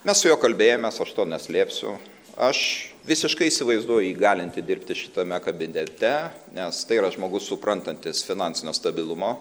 mes su juo kalbėjomės aš to neslėpsiu aš visiškai įsivaizduoju jį galintį dirbti šitame kabinete nes tai yra žmogus suprantantis finansinio stabilumo